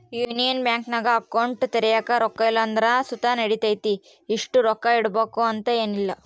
union ಬ್ಯಾಂಕಿನಾಗ account ತೆರ್ಯಾಕ ರೊಕ್ಕ ಇಲ್ಲಂದ್ರ ಸುತ ನಡಿತತೆ, ಇಷ್ಟು ರೊಕ್ಕ ಇಡುಬಕಂತ ಏನಿಲ್ಲ